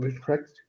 correct